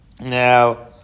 Now